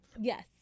Yes